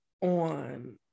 on